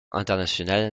international